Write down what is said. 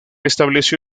estableció